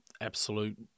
absolute